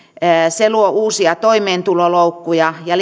ne luovat uusia toimeentuloloukkuja ja